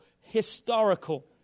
historical